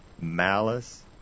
malice